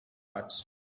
arts